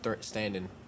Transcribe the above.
standing